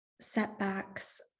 setbacks